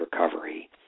recovery